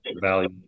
value